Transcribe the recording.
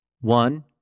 one